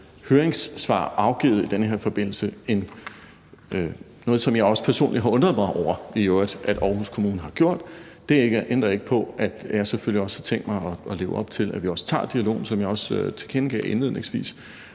høringssvar afgivet i den her forbindelse – noget, som jeg i øvrigt også personligt har undret mig over at Aarhus Kommune har gjort. Det ændrer ikke på, at jeg selvfølgelig også har tænkt mig at leve op til, at vi også tager dialogen, som jeg også tilkendegav indledningsvis;